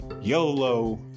YOLO